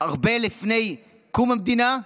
הרבה לפני קום המדינה,